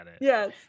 yes